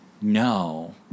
No